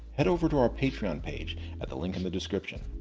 head over to our patreon page at the link in the description.